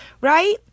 right